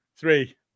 Three